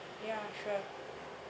ya sure